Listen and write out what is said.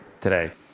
today